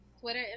Twitter